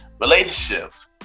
relationships